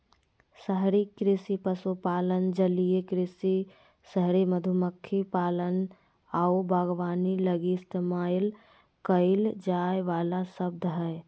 शहरी कृषि पशुपालन, जलीय कृषि, शहरी मधुमक्खी पालन आऊ बागवानी लगी इस्तेमाल कईल जाइ वाला शब्द हइ